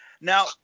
Now